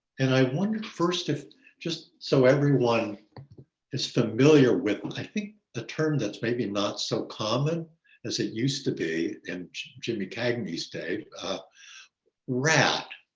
and i wonder first, if just so everyone is familiar with, i think the term that's maybe not so common as it used to be, and jimmy cagney state, rat.